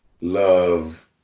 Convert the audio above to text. love